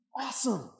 Awesome